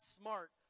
smart